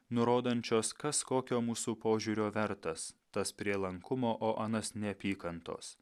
nurodančios kas kokio mūsų požiūrio vertas tas prielankumo o anas neapykantos